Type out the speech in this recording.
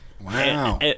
wow